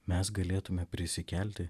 mes galėtume prisikelti